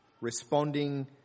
responding